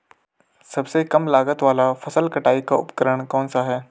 सबसे कम लागत वाला फसल कटाई का उपकरण कौन सा है?